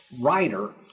writer